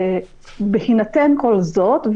בהינתן כל זאת,